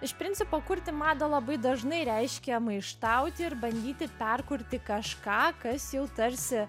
iš principo kurti madą labai dažnai reiškia maištauti ir bandyti perkurti kažką kas jau tarsi